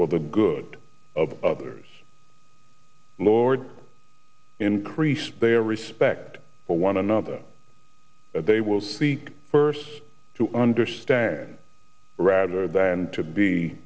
for the good of others lord increase their respect for one another they will seek first to understand rather than to be